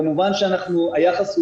כמובן, שהיחס הוא